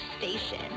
station